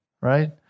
right